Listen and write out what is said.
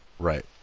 Right